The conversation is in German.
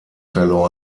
fellow